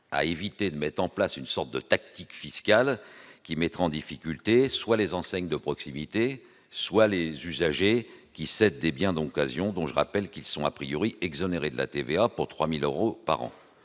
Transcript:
à éviter de mettre en place une sorte de tactique fiscale qui mettrait en difficulté soit les enseignes de proximité, soit les usagers cédant des biens d'occasion, dont je rappelle qu'ils sont exonérés de TVA à hauteur de 3 000 euros par an.